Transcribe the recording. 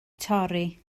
torri